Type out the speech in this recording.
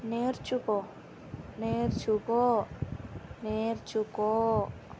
నేర్చుకో నేర్చుకో నేర్చుకో